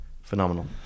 Phenomenal